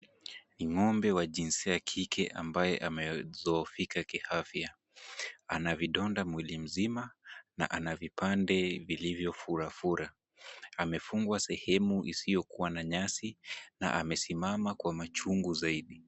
Ni ng'ombe wa jinsia ya kike ambaye amedhoofika kiafya. Ana vidonda mwili mzima na ana vipande vilivyofurafura. Amefungwa sehemu isiyokuwa na nyasi na amesimama kwa machungu zaidi.